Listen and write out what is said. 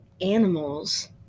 animals